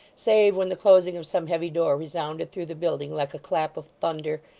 save when the closing of some heavy door resounded through the building like a clap of thunder,